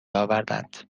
آوردند